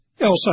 else